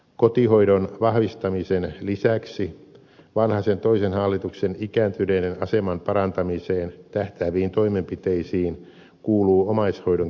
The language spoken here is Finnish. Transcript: kotihoidon vahvistamisen lisäksi vanhasen toisen hallituksen ikääntyneiden aseman parantamiseen tähtääviin toimenpiteisiin kuuluu omaishoidon kehittäminen